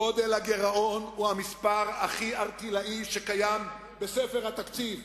גודל הגירעון הוא המספר הכי ערטילאי בספר התקציב.